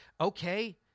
okay